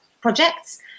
projects